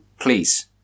please